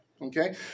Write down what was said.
Okay